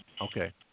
Okay